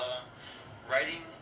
Writing